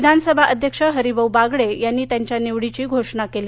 विधानसभा अध्यक्ष हरिभाऊ बागडे यांनी त्यांच्या निवडीची घोषणा केली